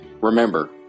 remember